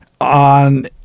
on